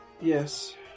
Yes